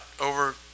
over